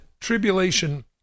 tribulation